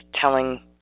telling